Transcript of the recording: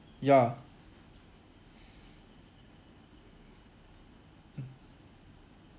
ya mm